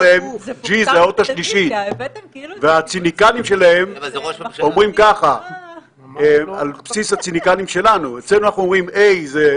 בינינו לבין הרשות הפלסטינית כמי שמייצג את העם